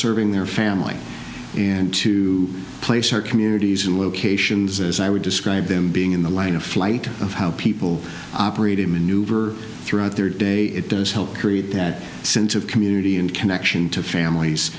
serving their family and to place our communities in locations as i would describe them being in the line of flight of how people operated maneuver throughout their day it does help create that sense of community and connection to families